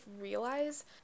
realize